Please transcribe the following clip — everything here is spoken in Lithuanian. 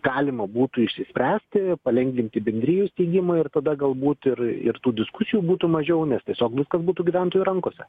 galima būtų išsispręsti palengvinti bendrijų steigimą ir tada galbūt ir ir tų diskusijų būtų mažiau nes tiesiog viskas būtų gyventojų rankose